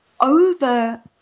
over-